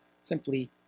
Simply